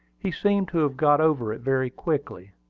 he seemed to have got over it very quickly.